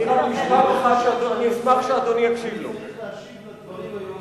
אני צריך להשיב על הדברים היום,